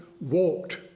walked